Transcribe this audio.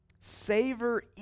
Savor